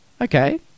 Okay